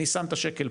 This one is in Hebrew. התפזרו,